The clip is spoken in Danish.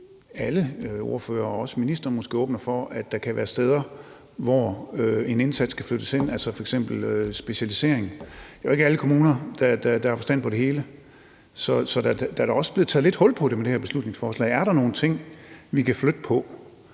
alle ordførere og måske også ministeren åbner for, at der kan være steder, hvor en indsats kan flyttes hen, f.eks. en specialisering. Det er jo ikke alle kommuner, der har forstand på det hele. Så der er da også blevet taget lidt hul på det med det her beslutningsforslag. Er der nogle ting, vi kan flytte på,